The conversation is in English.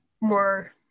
more